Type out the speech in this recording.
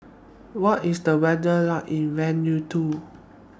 What IS The weather like in Vanuatu